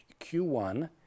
Q1